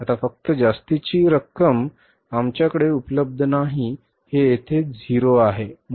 आता फक्त जास्तीची रक्कम आमच्याकडे उपलब्ध नाही हे येथे 0 आहे